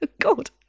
God